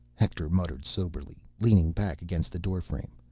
hector muttered soberly, leaning back against the doorframe.